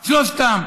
שלושתם.